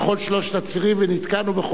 בכל שלושת הצירים ונתקענו.